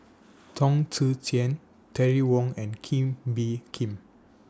Chong Tze Chien Terry Wong and Kee Bee Khim